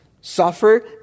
suffer